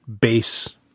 base